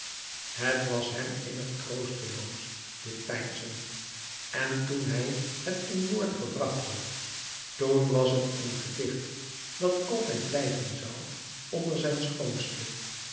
het was hem innig troosteloos dit peinzen en toen hij het in woord gebracht had toen was het een gedicht dat altijd blijven zoû onder zijn schoonste